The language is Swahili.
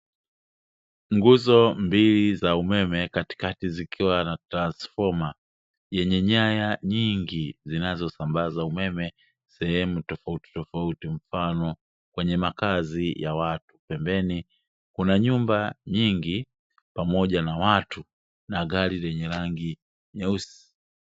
Nguzo mbili za umeme, katikati zikiwa na transfoma yenye nyanya nyingi zinazosambaza umeme sehemu tofautitofauti, mfano kwenye makazi ya watu, pembeni kuna nyumba nyingi pamoja na watu na gari lenye rangi nyeusi.